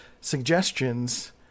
suggestions